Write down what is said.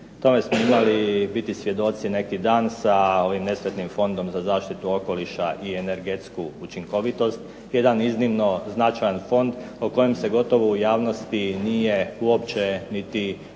tome smo bili svjedoci neki dan sa ovim nesretnim Fondom za zaštitu okoliša i energetsku učinkovitost, jedan iznimno značajan fond o kojem se gotovo u javnosti nije govorilo,